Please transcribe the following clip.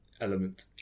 element